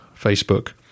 Facebook